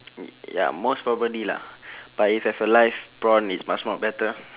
y~ ya most probably lah but if have a live prawn it's much more better